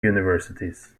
universities